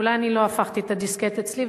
ואולי אני עוד לא הפכתי את הדיסקט אצלי,